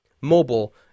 mobile